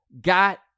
got